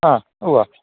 ആ ഉവ്വ